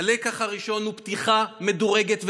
הלקח הראשון הוא פתיחה מדורגת ונשלטת.